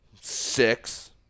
six